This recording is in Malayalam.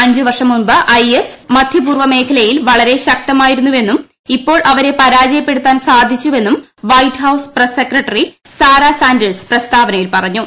അഞ്ച് വർഷം മുമ്പ് ഐ എസ് മധ്യപൂർവ്വ മേഖലയിൽ വളരെ ശക്തമായിരുന്നുവെന്നും ഇപ്പോൾ അവളര പരാജയപ്പെടുത്താൻ സാധിച്ചുവെന്നും White House press secretary Sarah Sanders പ്രസ്താവനയിൽ പറ്റഞ്ഞു